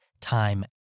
time